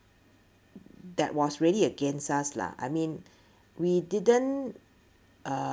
that was really against us lah I mean we didn't uh